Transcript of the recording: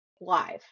live